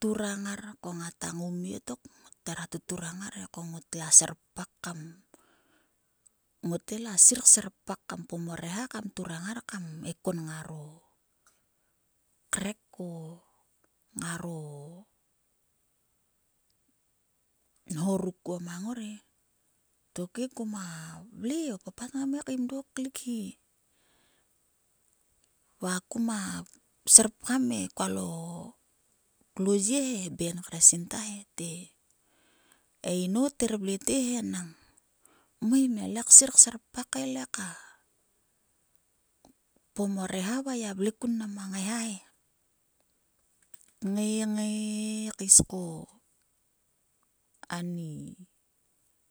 turang ngar ko ngata ngoumie tok ngot thera tuturang ngar ko ngotla serpak kam. Ngot ngai la sir serpak kamkpom o reha kam turana ngar kam ekon ngaro krek o ngaro nho ruk kuo mang ngor e tokeh kuma vle o papat ngam ngai kaim dok klikhe. V ak kam serpagam kualo klo nyie he e ben kre sinta. E inou ther vle te he nang mei mia le ksir serpak he le ka kpom o reha va gia vle kun va ngaiha he. Ngai. ngai kais ko ani